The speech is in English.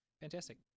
Fantastic